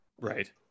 Right